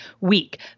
week